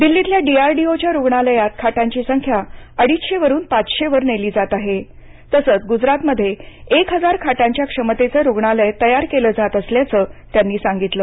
दिल्लीतल्या डीआरडीओच्या रुग्णालयात खाटांची संख्या अडीचशे वरून पाचशे वर नेली जात आहेतसंच गुजरात मध्ये एक हजार खाटांच्या क्षमतेचं रुग्णालय तयार केलं जात असल्याचं त्यांनी सांगितलं